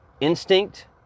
instinct